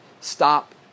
stop